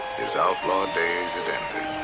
his outlaw days had ended.